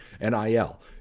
NIL